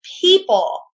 people